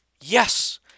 Yes